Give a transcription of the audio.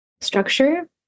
structure